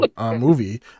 movie